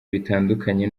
bitandukanye